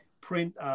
print